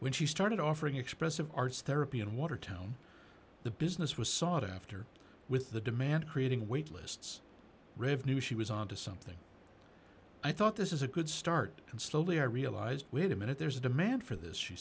when she started offering expressive arts therapy in watertown the business was sought after with the demand creating wait lists revenue she was on to something i thought this is a good start and slowly i realized wait a minute there's a demand for this she